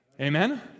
Amen